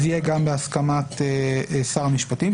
זה יהיה גם בהסכמת שר המשפטים,